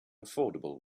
affordable